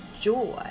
joy